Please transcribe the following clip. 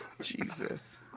Jesus